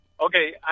Okay